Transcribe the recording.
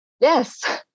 Yes